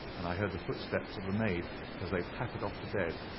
and i heard the footsteps of the maid as they pattered off to bed.